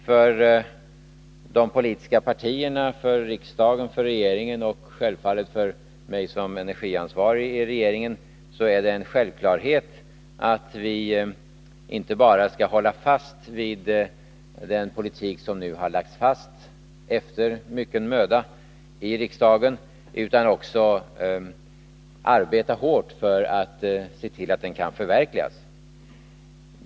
För de politiska partierna, för riksdagen, för regeringen och självfallet för mig som energiansvarig i regeringen är det en självklarhet att vi inte bara skall hålla fast vid den politik som riksdagen efter mycken möda har fattat beslut om utan också skall arbeta hårt för att se till att den kan förverkligas.